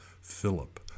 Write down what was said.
Philip